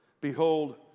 Behold